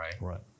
right